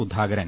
Sudhakaran